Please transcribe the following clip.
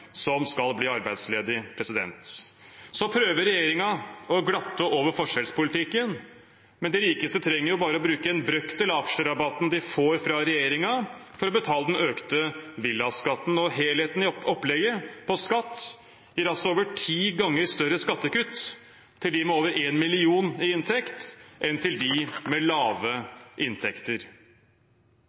som skal bli arbeidsledig. Regjeringen prøver å glatte over forskjellspolitikken, men de rikeste trenger bare å bruke en brøkdel av aksjerabatten de får fra regjeringen, for å betale den økte villaskatten. Helheten i opplegget på skatt gir altså over ti ganger større skattekutt til dem med over 1 mill. kr i inntekt, enn til dem med lave inntekter.